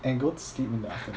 and go to sleep in the afternoon